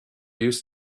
used